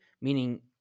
Meaning